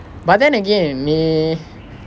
but then again may